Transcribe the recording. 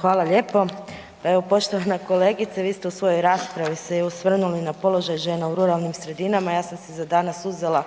Hvala lijepo. Poštovana kolegice, vi ste se u svojoj raspravi osvrnuli na položaj žena u ruralnim sredinama, ja sam si za danas uzela